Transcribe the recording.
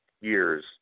years